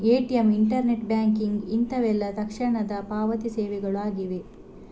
ATM, internet banking ಇಂತವೆಲ್ಲ ತಕ್ಷಣದ ಪಾವತಿ ಸೇವೆಗಳು ಆಗಿವೆ